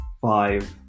Five